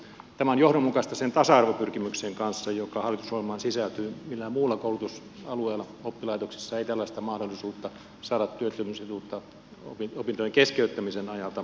tämä on johdonmukaista sen tasa arvopyrkimyksen kanssa joka hallitusohjelmaan sisältyy millään muulla koulutusalueella muissa oppilaitoksissa ei ole tällaista mahdollisuutta saada työttömyysetuutta opintojen keskeyttämisen ajalta